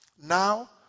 Now